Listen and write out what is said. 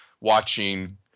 watching